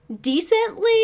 decently